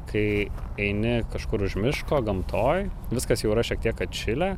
kai eini kažkur už miško gamtoj viskas jau yra šiek tiek atšilę